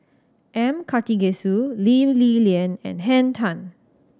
M Karthigesu Lee Li Lian and Henn Tan